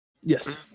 Yes